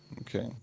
Okay